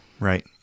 Right